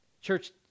Church